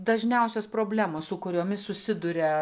dažniausios problemos su kuriomis susiduria